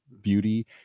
beauty